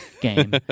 game